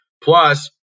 Plus